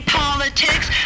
politics